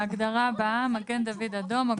ההגדרה הבאה "מגן דוד אדום".